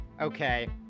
Okay